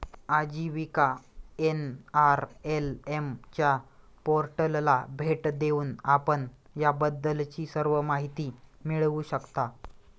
आजीविका एन.आर.एल.एम च्या पोर्टलला भेट देऊन आपण याबद्दलची सर्व माहिती मिळवू शकता